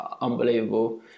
unbelievable